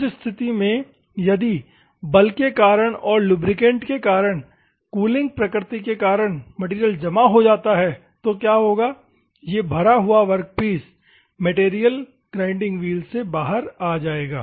उस स्थिति में यदि बल के कारण और लुब्रीकेंट के कारण या कूलिंग प्रकृति के कारण मैटेरियल जमा हो जाता है तो क्या होगा तो यह भरा हुआ वर्कपीस मैट्रिअल ग्राइंडिंग व्हील से बाहर आ जाएगा